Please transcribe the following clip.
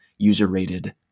user-rated